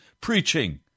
preaching